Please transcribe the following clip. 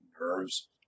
nerves